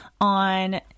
on